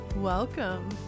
Welcome